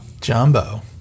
Jumbo